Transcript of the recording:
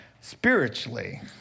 spiritually